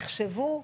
נחשבו,